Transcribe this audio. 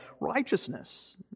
righteousness